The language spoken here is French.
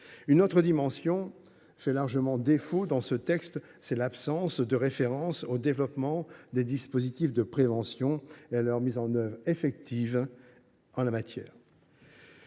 Une autre dimension fait largement défaut dans le texte : l’absence de référence au développement des dispositifs de prévention et à leur mise en œuvre effective. La